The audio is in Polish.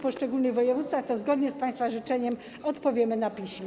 poszczególnych województwach, to zgodnie z państwa życzeniem odpowiemy na piśmie.